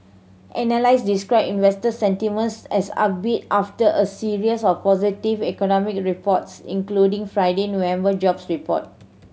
analyst described investor sentiment as upbeat after a series of positive economic reports including Friday November jobs report